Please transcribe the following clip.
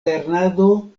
lernado